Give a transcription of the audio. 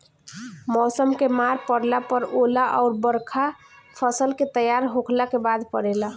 मौसम के मार पड़ला पर ओला अउर बरखा फसल के तैयार होखला के बाद पड़ेला